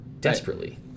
desperately